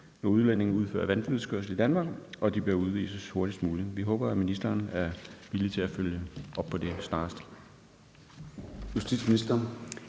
når udlændinge kører vanvidskørsel i Danmark, og at de bør udvises hurtigst muligt. Vi håber, at ministeren er villig til at følge op på det snarest.